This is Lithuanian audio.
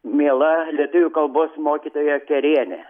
miela lietuvių kalbos mokytoja kerienė